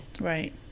right